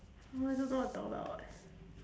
oh I don't know what to talk about eh